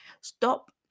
stop